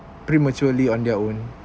prematurely on their own